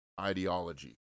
ideology